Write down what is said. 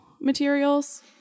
materials